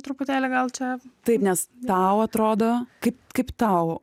truputėlį gal čia taip nes tau atrodo kaip kaip tau